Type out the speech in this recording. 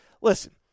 listen